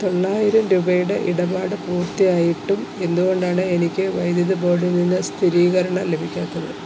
തൊള്ളായിരം രൂപയുടെ ഇടപാട് പൂർത്തിയായിട്ടും എന്തുകൊണ്ടാണ് എനിക്ക് വൈദ്യുതി ബോർഡിൽ നിന്ന് സ്ഥിരീകരണം ലഭിക്കാത്തത്